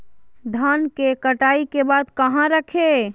धान के कटाई के बाद कहा रखें?